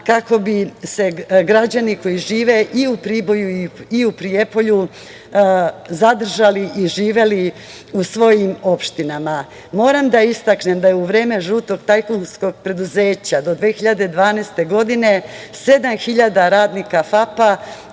kako bi se građani koji žive i u Priboju i u Prijepolju zadržali i živeli u svojim opštinama. Moram da istaknem da je u vreme žutog tajkunskog preduzeća do 2012. godine sedma hiljada radnika FAP-a